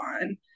on